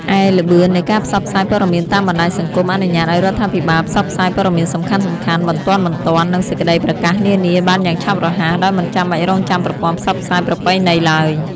ឯល្បឿននៃការផ្សព្វផ្សាយព័ត៌មានតាមបណ្ដាញសង្គមអនុញ្ញាតឱ្យរដ្ឋាភិបាលផ្សព្វផ្សាយព័ត៌មានសំខាន់ៗ បន្ទាន់ៗ និងសេចក្ដីប្រកាសនានាបានយ៉ាងឆាប់រហ័ស ដោយមិនចាំបាច់រង់ចាំប្រព័ន្ធផ្សព្វផ្សាយប្រពៃណីឡើយ។